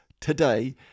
today